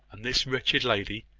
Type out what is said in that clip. and this wretched lady,